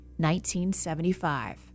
1975